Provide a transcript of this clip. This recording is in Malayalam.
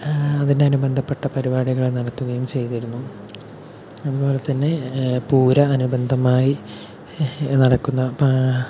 അതിന് അനുബന്ധപെട്ട പരുപാടികൾ നടത്തുകയും ചെയ്തിരുന്നു അതുപോലെ തന്നെ പൂര അനുബന്ധമായി നടക്കുന്ന